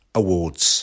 awards